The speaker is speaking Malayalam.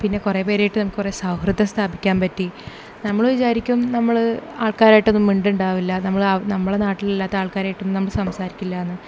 പിന്നെ കുറേ പേരായിട്ട് കുറേ സൗഹൃദം സ്ഥാപിക്കാൻ പറ്റി നമ്മൾ വിചാരിക്കും നമ്മൾ ആൾക്കാരായിട്ടുമൊന്നും മിണ്ടുക ഉണ്ടാവില്ല നമ്മൾ നമ്മളെ നാട്ടിൽ ഇല്ലാത്ത ആൾക്കാരുമായിട്ട് നമ്മൾ സംസാരിക്കില്ല എന്ന്